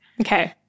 Okay